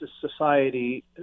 society